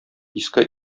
иске